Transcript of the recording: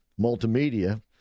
multimedia